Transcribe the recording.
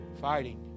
fighting